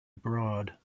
abroad